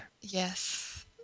yes